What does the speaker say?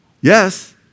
Yes